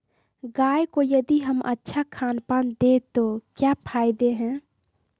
गाय को यदि हम अच्छा खानपान दें तो क्या फायदे हैं?